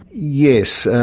yes,